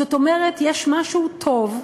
זאת אומרת, יש משהו טוב,